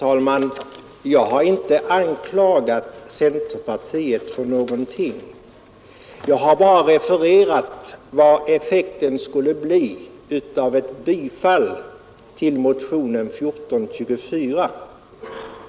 Herr talman! Jag har inte anklagat centerpartiet för någonting. Jag har bara refererat vad effekten skulle bli av ett bifall till motionen 1424,